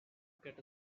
get